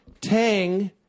Tang